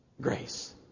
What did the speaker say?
Grace